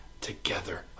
together